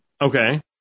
Okay